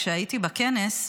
כשהייתי בכנס,